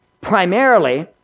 Primarily